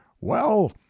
Well